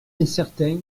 incertain